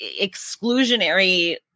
exclusionary